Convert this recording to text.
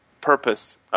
purpose